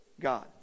God